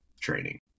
training